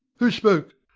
who spoke?